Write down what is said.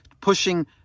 pushing